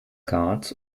cards